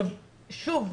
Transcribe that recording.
שוב,